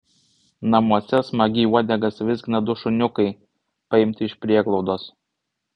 namuose smagiai uodegas vizgina du šuniukai paimti iš prieglaudos